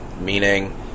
meaning